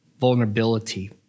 vulnerability